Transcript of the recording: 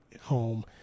home